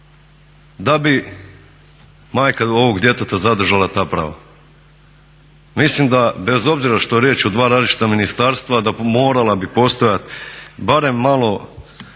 da bi majka ovog djeteta zadržala ta prava. Mislim da bez obzira što je riječ o dva različita ministarstva da morala bi postojati barem malo